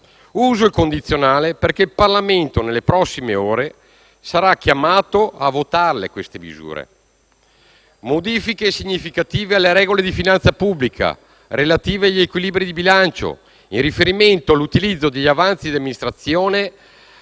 uso il condizionale perché il Parlamento nelle prossime ore sarà chiamato a votare tali misure: modifiche significative alle regole di finanza pubblica relative agli equilibri di bilancio in riferimento all'utilizzo degli avanzi di amministrazione